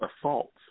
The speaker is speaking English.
assaults